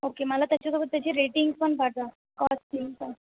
okay मला त्याच्यासोबत त्याची रेटिंग पण पाठवा कॉस्टिंग पण